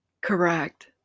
Correct